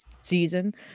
season